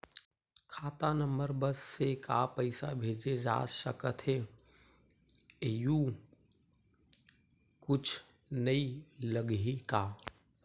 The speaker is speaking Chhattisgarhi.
खाता नंबर बस से का पईसा भेजे जा सकथे एयू कुछ नई लगही का?